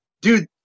dude